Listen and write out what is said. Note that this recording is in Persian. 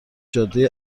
جاده